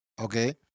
okay